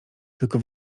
tylko